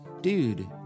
Dude